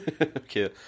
Okay